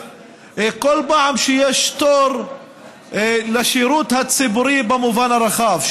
כל פעם שיש תור לשירות הציבורי במובן הרחב,